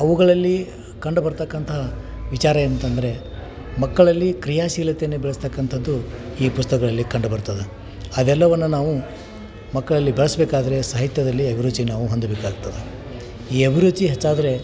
ಅವುಗಳಲ್ಲಿ ಕಂಡುಬರತಕ್ಕಂತಹ ವಿಚಾರ ಎಂತಂದರೆ ಮಕ್ಕಳಲ್ಲಿ ಕ್ರಿಯಾಶೀಲತೆಯನ್ನು ಬೆಳೆಸ್ತಕ್ಕಂಥದ್ದು ಈ ಪುಸ್ತಕಗಳಲ್ಲಿ ಕಂಡುಬರ್ತದೆ ಅದೆಲ್ಲವನ್ನು ನಾವು ಮಕ್ಕಳಲ್ಲಿ ಬೆಳೆಸ್ಬೇಕಾದ್ರೆ ಸಾಹಿತ್ಯದಲ್ಲಿ ಅಭಿರುಚಿ ನಾವು ಹೊಂದಬೇಕಾಗ್ತದೆ ಈ ಅಭಿರುಚಿ ಹೆಚ್ಚಾದರೆ